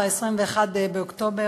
ב-21 באוקטובר,